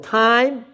time